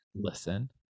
listen